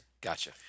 Gotcha